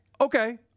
Okay